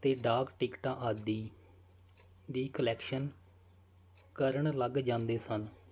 ਅਤੇ ਡਾਕ ਟਿਕਟਾਂ ਆਦਿ ਦੀ ਕਲੈਕਸ਼ਨ ਕਰਨ ਲੱਗ ਜਾਂਦੇ ਸਨ